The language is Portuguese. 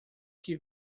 que